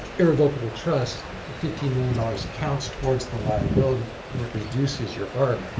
irrevocable trust, the fifteen million dollars counts towards the liability and it reduces your arc,